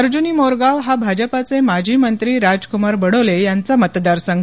अर्जुनी मोरगांव हा भाजपाचे माजी मंत्री राजक्मार बडोले यांचा मतदारसंघ